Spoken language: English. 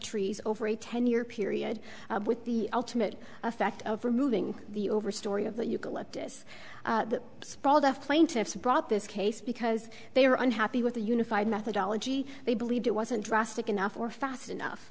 trees over a ten year period with the ultimate effect of removing the over story of the eucalyptus sprawled f plaintiffs brought this case because they were unhappy with the unified methodology they believed it wasn't drastic enough or fast enough